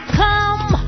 come